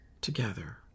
together